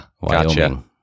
Wyoming